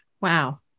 Wow